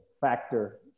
factor